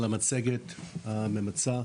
על המצגת הממצה,